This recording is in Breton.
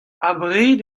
abred